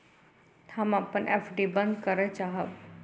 हम अपन एफ.डी बंद करय चाहब